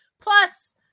plus